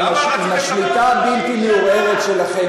עם השליטה הבלתי-מעורערת שלכם,